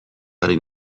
ari